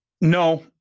no